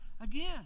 again